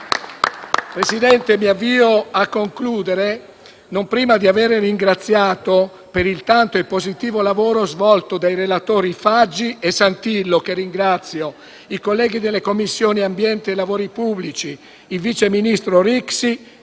Presidente, mi avvio a concludere, non prima di aver ringraziato per il tanto e positivo lavoro svolto i relatori Faggi e Santillo, i colleghi delle Commissioni ambiente e lavori pubblici, il vice ministro Rixi,